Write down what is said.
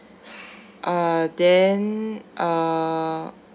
uh then uh